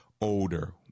older